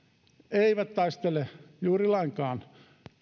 eivät taistele juuri lainkaan